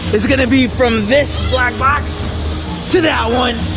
is gonna be from this black box to that one.